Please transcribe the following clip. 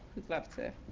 who'd love to